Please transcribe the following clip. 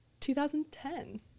2010